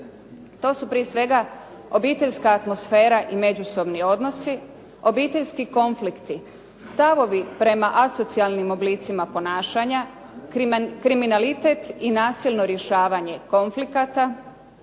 To su prije svega obiteljska atmosfera i međusobni odnosi, obiteljski konflikti, stavovi prema asocijalnim oblicima ponašanja, kriminalitet i nasilno rješavanje konflikata,